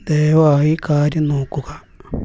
ദയവായി കാര്യം നോക്കുക